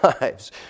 lives